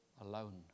alone